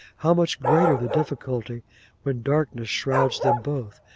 how much greater the difficulty when darkness shrouds them both,